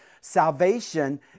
Salvation